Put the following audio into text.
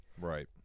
Right